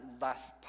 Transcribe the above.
less